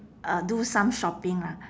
uh do some shopping lah